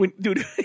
Dude